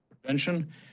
prevention